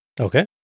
Okay